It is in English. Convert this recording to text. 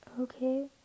okay